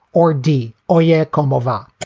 or d? oh yeah. comb-over